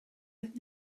oedd